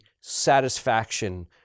satisfaction